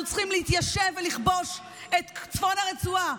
אנחנו צריכים להתיישב ולכבוש את צפון הרצועה.